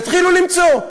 תתחילו למצוא.